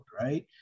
right